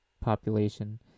population